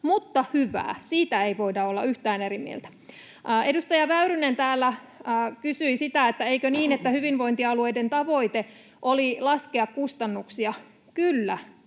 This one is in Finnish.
mutta hyvää, siitä ei voida olla yhtään eri mieltä. Edustaja Väyrynen täällä kysyi sitä, että eikö niin, että hyvinvointialueiden tavoite oli laskea kustannuksia. Kyllä,